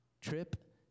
Trip